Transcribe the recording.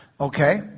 Okay